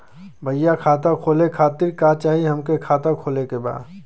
भईया खाता खोले खातिर का चाही हमके खाता खोले के बा?